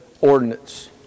ordinance